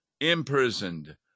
imprisoned